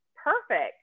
perfect